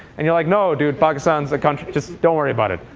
and you're like no, dude, pakistan's a country just don't worry about it.